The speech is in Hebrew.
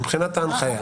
מבחינת ההנחיה,